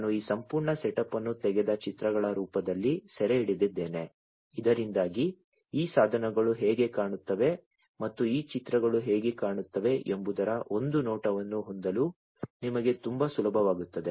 ನಾನು ಈ ಸಂಪೂರ್ಣ ಸೆಟಪ್ ಅನ್ನು ತೆಗೆದ ಚಿತ್ರಗಳ ರೂಪದಲ್ಲಿ ಸೆರೆಹಿಡಿದಿದ್ದೇನೆ ಇದರಿಂದಾಗಿ ಈ ಸಾಧನಗಳು ಹೇಗೆ ಕಾಣುತ್ತವೆ ಮತ್ತು ಈ ಚಿತ್ರಗಳು ಹೇಗೆ ಕಾಣುತ್ತವೆ ಎಂಬುದರ ಒಂದು ನೋಟವನ್ನು ಹೊಂದಲು ನಿಮಗೆ ತುಂಬಾ ಸುಲಭವಾಗುತ್ತದೆ